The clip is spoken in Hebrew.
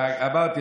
אמרתי,